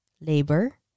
labor